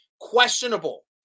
Questionable